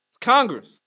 Congress